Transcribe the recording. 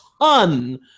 ton